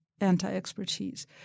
anti-expertise